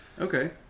Okay